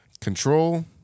Control